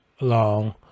long